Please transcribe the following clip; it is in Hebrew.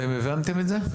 אתם הבנתם את זה?